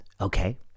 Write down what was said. okay